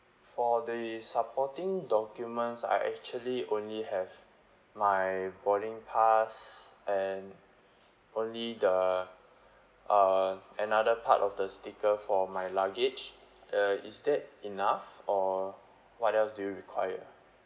for the supporting documents I actually only have my boarding pass and only the uh another part of the sticker for my luggage uh is that enough or what else do you require